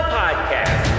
podcast